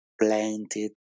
planted